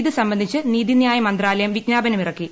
ഇത് സംബന്ധിച്ച് നീതിന്യായമന്ത്രാലയം വിജ്ഞാപനമിറക്കി